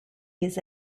his